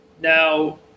now